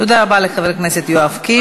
תודה רבה לחבר הכנסת יואב קיש.